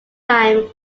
time